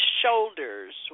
shoulders